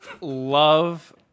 love